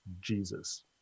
Jesus